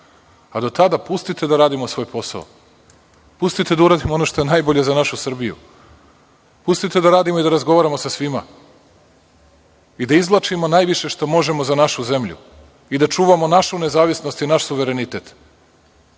Do tada, pustite da radimo svoj posao. Pustite da uradimo ono što je najbolje za našu Srbiju. Pustite da radimo i da razgovaramo sa svima i da izvlačimo najviše što možemo za našu zemlju i da čuvamo našu nezavisnost i naš suverenitet,